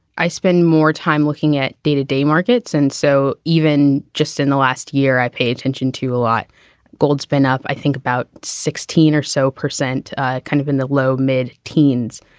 i spend more time looking at day to day markets and so even just in the last year i paid attention to a lot gold's been up i think about sixteen or so percent ah kind of in the low mid teens.